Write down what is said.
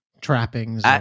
trappings